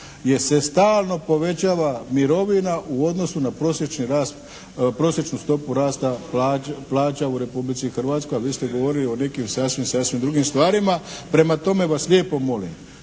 jer se stalno povećava mirovina u odnosu na prosječnu stopu rasta plaća u Republici Hrvatske a vi ste govorili o nekim sasvim drugim stvarima. Prema tome vas lijepo molim,